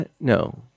No